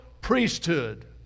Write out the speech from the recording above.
priesthood